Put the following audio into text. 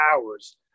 hours